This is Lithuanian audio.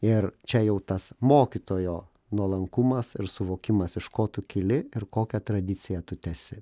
ir čia jau tas mokytojo nuolankumas ir suvokimas iš ko tu kyli ir kokią tradiciją tu tęsi